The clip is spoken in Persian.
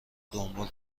دنبال